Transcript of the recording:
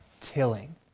tilling